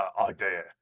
idea